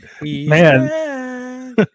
Man